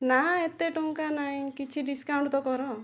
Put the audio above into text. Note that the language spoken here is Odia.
ନା ଏତେ ଟଙ୍କା ନାହିଁ କିଛି ଡ଼ିସକାଉଣ୍ଟ ତ କର